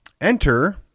Enter